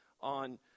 on